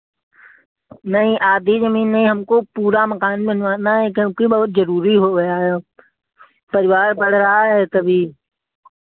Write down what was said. नहीं आधी ज़मीन नहीं हमको पूरा मकान बनवाना है क्योंकि बहुत ज़रूरी हो गया है अब परिवार बढ़ रहा है तभी